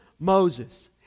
Moses